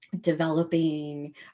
developing